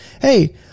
Hey